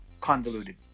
convoluted